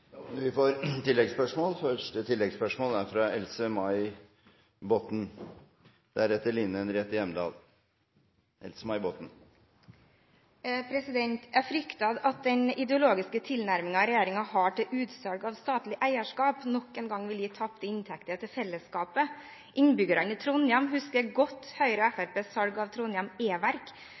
for oppfølgingsspørsmål – først Else-May Botten. Jeg frykter at den ideologiske tilnærmingen som regjeringen har til utsalg av statlig eierskap, nok en gang vil medføre tapte inntekter til fellesskapet. Innbyggerne i Trondheim husker godt Høyre og Fremskrittspartiets salg av